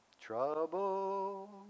Trouble